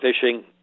fishing